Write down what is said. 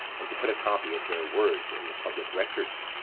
and to put a copy of their words in the public records,